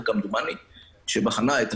אישור בוועדת שרים ובממשלה ומונח על